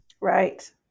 Right